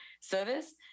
service